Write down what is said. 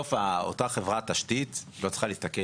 בסוף אותה חברת תשתית לא צריכה להסתכל